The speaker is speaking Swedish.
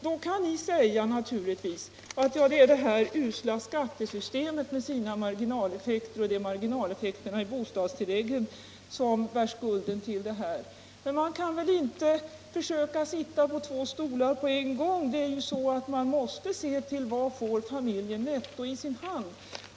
Då kan ni naturligtvis säga att det är det här usla skattesystemet med sina marginaleffekter — och marginaleffekterna i bostadstilläggen — som bär skulden till detta. Men man kan väl inte sitta på två stolar på en gång. Man måste se till vad familjen får netto i sin hand.